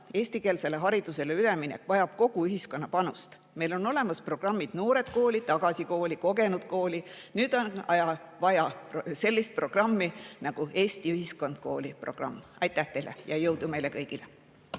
Eestikeelsele haridusele üleminek vajab kogu ühiskonna panust. Meil on olemas programmid "Noored kooli", "Tagasi kooli" ja "Kogenud kooli", nüüd on vaja sellist programmi nagu "Eesti ühiskond kooli". Aitäh teile ja jõudu meile kõigile!